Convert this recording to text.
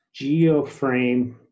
geoframe